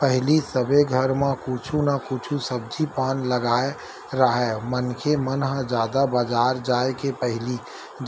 पहिली सबे घर म कुछु न कुछु सब्जी पान लगाए राहय मनखे मन ह जादा बजार जाय के पहिली